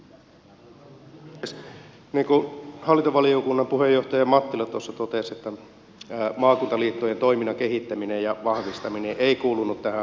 niin kuin hallintovaliokunnan puheenjohtaja mattila tuossa totesi maakuntaliittojen toiminnan kehittäminen ja vahvistaminen ei kuulunut tähän aluehallintouudistukseen